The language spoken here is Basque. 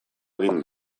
egin